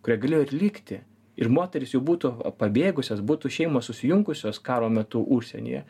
kurie galėjo ir likti ir moterys jau būtų pabėgusios būtų šeimos susijungusios karo metu užsienyje